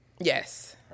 Yes